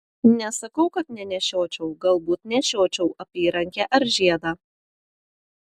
nesakau kad nenešiočiau galbūt nešiočiau apyrankę ar žiedą